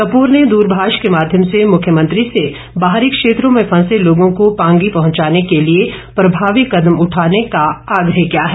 कपूर ने दूरभाष के माध्यम से मुख्यमंत्री से बाहरी क्षेत्रों में फंसे लोगों को पांगी पहुंचाने के लिए प्रभावी कदम उठाने का आग्रह किया है